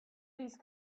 these